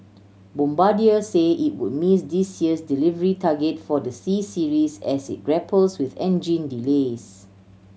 bombardier say it would miss this year's delivery target for the C Series as it grapples with engine delays